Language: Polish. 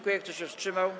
Kto się wstrzymał?